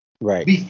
Right